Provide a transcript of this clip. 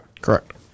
correct